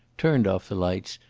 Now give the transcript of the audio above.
turned off the lights,